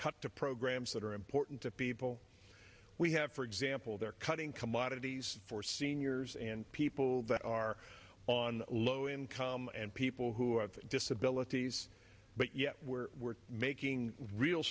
cut to programs that are important to people we have for example they're cutting commodities for seniors and people that are on low income and people who have disabilities but yet we're making real